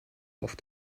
auf